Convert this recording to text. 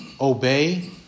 obey